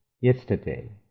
yesterday